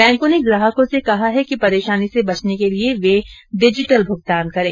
बैंको ने ग्राहकों से कहा है कि परेशानी से बचने के लिये वे डिजिटल भुगतान करें